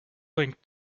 linked